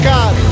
God